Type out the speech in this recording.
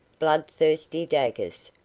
bloodthirsty daggers,